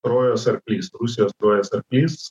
trojos arklys rusijos trojos arklys